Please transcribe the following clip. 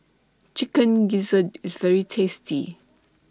Chicken Gizzard IS very tasty